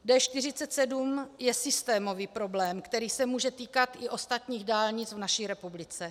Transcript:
D47 je systémový problém, který se může týkat i ostatních dálnic v naší republice.